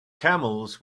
camels